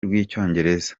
rw’icyongereza